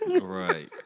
Right